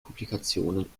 publikationen